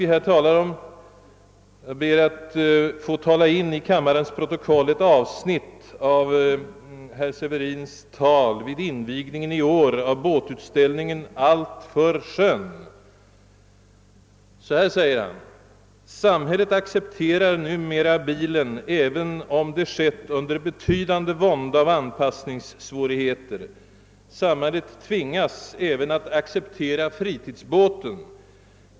Jag gör detta genom att läsa in i kammarens protokoll ett avsnitt av herr Severins tal vid invigningen i år av båtutställningen »Allt för sjön»: »Samhället accepterar numera bilen även om det skett under betydande vånda och anpassningssvårigheter. Samhället tvingas även att acceptera fritidsbåten.